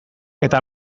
eta